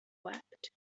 wept